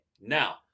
Now